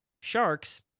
Sharks